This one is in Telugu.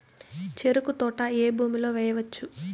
చెరుకు తోట ఏ భూమిలో వేయవచ్చు?